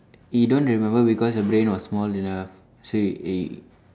you don't remember because your brain was small enough so you y~